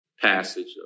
passage